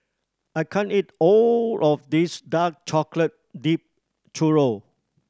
I can't eat all of this dark chocolate dipped churro